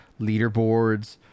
leaderboards